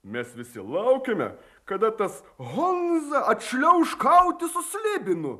mes visi laukiame kada tas honza atšliauš kautis su slibinu